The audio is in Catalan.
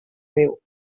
déu